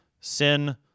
sin